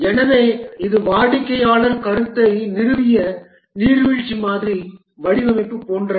எனவே இது வாடிக்கையாளர் கருத்தை நிறுவிய நீர்வீழ்ச்சி மாதிரி வடிவமைப்பு போன்றது